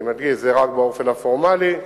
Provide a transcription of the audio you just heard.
אני מדגיש, זה רק באופן הפורמלי,